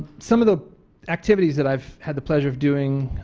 some of the activities that i've had the pleasure of doing